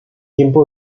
tiempo